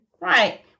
Right